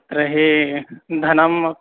तर्हि धनं